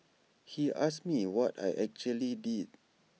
he asked me what I actually did